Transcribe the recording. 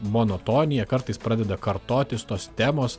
monotonija kartais pradeda kartotis tos temos